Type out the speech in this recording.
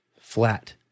flat